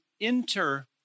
enter